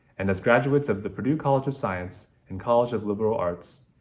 and as graduates of the purdue college of science and college of liberal arts,